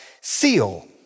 seal